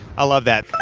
i love that.